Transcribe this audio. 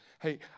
Hey